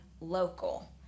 local